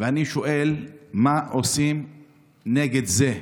ואני שואל: מה עושים נגד זה?